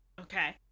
Okay